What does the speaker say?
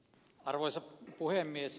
arvoisa puhemies